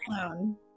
alone